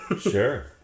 Sure